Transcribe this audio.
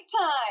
time